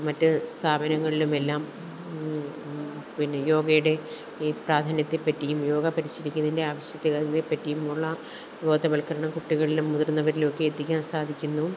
മറ്റ് സ്ഥാപനങ്ങളിലും എല്ലാം പിന്നെ യോഗയുടെ ഈ പ്രാധാന്യത്തെ പറ്റിയും യോഗ പരിശീലിക്കുന്നതിന്റെ ആവശ്യകതയെ പറ്റിയും ഉള്ള ബോധവല്ക്കരണം കുട്ടികള്ലും മുതിര്ന്നവരിലും ഒക്കെ എത്തിക്കാന് സാധിക്കുന്നു